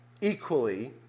equally